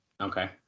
Okay